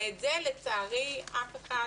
ואת זה לצערי אף אחד